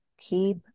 Keep